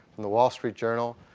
from the wall street journal,